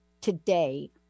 Today